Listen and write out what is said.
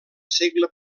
segle